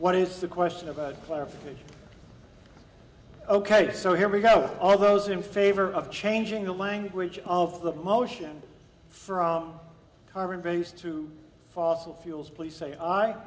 what is the question about clarification ok so here we go all those in favor of changing the language of the motion from carbon based to fossil fuels please say